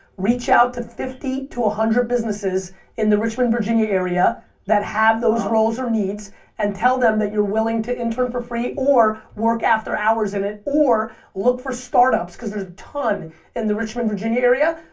reach out to fifty to one hundred businesses in the richmond, virginia area that have those roles or needs and tell them that you're willing to intern for free or work after-hours in it or look for startups cause there's ton in the richmond, virginia area,